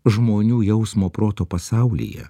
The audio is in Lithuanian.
žmonių jausmo proto pasaulyje